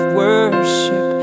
worship